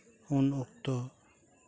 ᱩᱱ ᱚᱠᱛᱚ